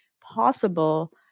possible